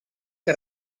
que